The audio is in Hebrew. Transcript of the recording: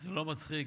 גפני, זה לא מצחיק.